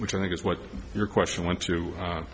which i think is what your question went to